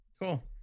Cool